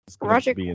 Roger